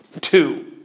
Two